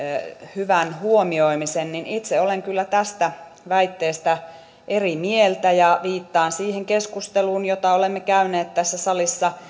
hyvän huomioimisen niin itse olen kyllä tästä väitteestä eri mieltä viittaan siihen keskusteluun jota olemme käyneet tässä salissa